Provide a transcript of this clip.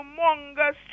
humongous